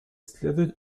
следует